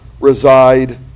reside